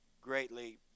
greatly